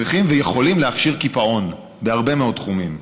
צריכים ויכולים להפשיר קיפאון בהרבה מאוד תחומים.